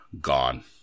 gone